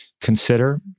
consider